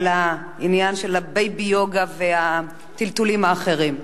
על העניין של ה"בייבי יוגה" והטלטולים האחרים.